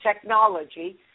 technology